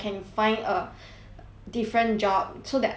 different job so that I can learn from my work also